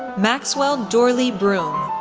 maxwell doorley broom,